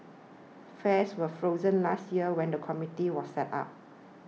fares were frozen last year when the committee was set up